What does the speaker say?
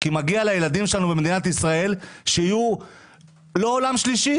כי מגיע לילדים שלנו במדינת ישראל שיהיו לא עולם שלישי.